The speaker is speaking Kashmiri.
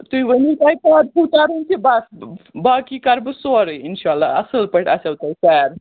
تُہۍ ؤنِو تۄہہِ کَر چھُو ترُن کہِ بَس باقٕے کَرٕ بہٕ سورُے اِنشاء اللہ اَصٕل پٲٹھۍ اَصٕل پٲٹھۍ